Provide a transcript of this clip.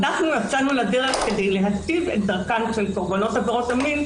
אנחנו יצאנו לדרך כדי להיטיב את דרכם של קורבנות עבירות המין,